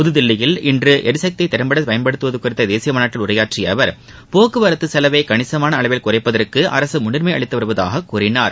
புதுதில்லியில் இன்று எரிசக்தியை திறம்பட பயன்படுத்துவது குறித்த தேசிய மாநாட்டில் உரையாற்றிய அவர் போக்குவரத்து செலவை கணிசுமான அளவில் குறைப்பதற்கு அரசு முன்னுரிமை அளித்து வருவதாக கூறினார்